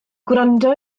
gwrando